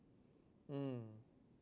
mm